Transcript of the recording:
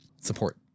Support